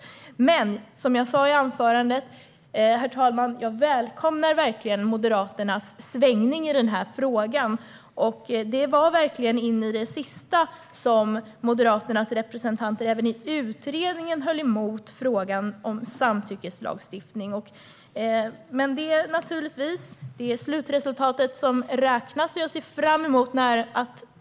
Men som jag sa i anförandet, herr talman, välkomnar jag verkligen Moderaternas svängning i frågan. Det var verkligen in i det sista som Moderaternas representanter även i utredningen höll emot i frågan om samtyckeslagstiftning. Men det är naturligtvis slutresultatet som räknas.